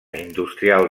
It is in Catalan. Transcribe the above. industrial